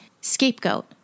scapegoat